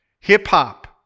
hip-hop